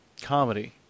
comedy